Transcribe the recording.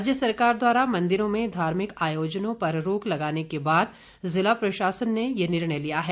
राज्य सरकार द्वारा मंदिरों में धार्मिक आयोजनों पर रोक लगाने के बाद जिला प्रशासन ने ये निर्णय लिया है